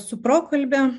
su prokalbe